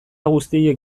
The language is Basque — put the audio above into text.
guztiek